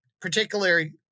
particularly